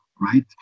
Right